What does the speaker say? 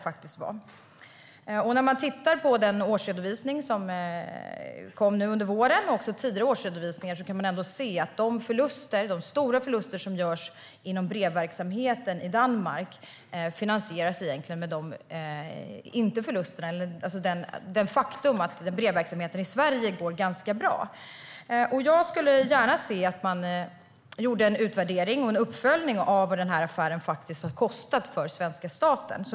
När man tittar på den årsredovisning som kom nu under våren, och även på tidigare årsredovisningar, kan man se att de stora förluster som görs inom brevverksamheten i Danmark egentligen finansieras av det faktum att brevverksamheten i Sverige går ganska bra. Jag skulle gärna se att man gjorde en utvärdering och en uppföljning av vad den här affären faktiskt har kostat svenska staten.